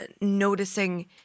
noticing